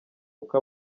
uko